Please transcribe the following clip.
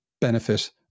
benefit